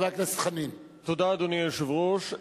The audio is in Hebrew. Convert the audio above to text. תודה, אדוני היושב-ראש.